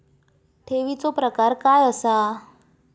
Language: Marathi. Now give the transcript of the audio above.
ठेवीचो प्रकार काय असा?